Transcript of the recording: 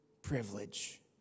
Privilege